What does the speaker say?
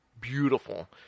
beautiful